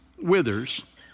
Withers